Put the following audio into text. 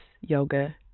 yoga